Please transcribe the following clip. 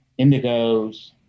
indigos